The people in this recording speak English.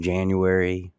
January